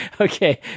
Okay